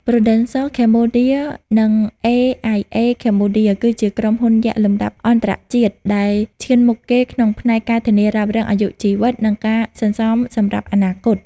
Prudential Cambodia និង AIA Cambodia គឺជាក្រុមហ៊ុនយក្សលំដាប់អន្តរជាតិដែលឈានមុខគេក្នុងផ្នែក ការធានារ៉ាប់រងអាយុជីវិត និងការសន្សំសម្រាប់អនាគត។